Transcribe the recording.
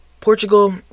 Portugal